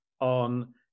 on